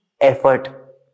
effort